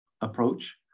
approach